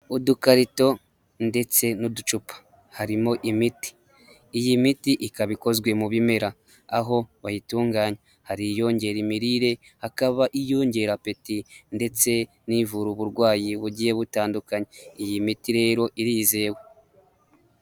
Udukarito ndetse n'uducupa harimo imiti, iyi miti ikaba ikozwe mu bimera aho bayitunganya hari iyongera imirire, hakaba iyongera apeti ndetse n'ivura uburwayi bugiye butandu, iyi miti rero irizewe.